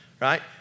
right